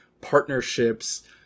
partnerships